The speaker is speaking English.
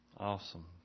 Awesome